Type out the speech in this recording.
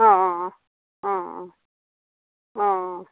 অঁ অঁ অঁ অঁ অঁ অঁ